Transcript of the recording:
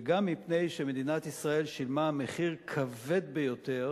וגם מפני שמדינת ישראל שילמה מחיר כבד ביותר